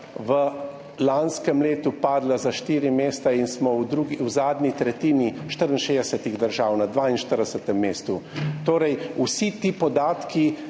v lanskem letu padla za štiri mesta in smo v zadnji tretjini 64 držav, na 42. mestu. Vsi ti podatki